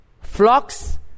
flocks